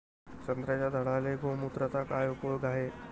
संत्र्याच्या झाडांले गोमूत्राचा काय उपयोग हाये?